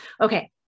Okay